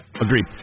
agreed